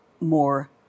more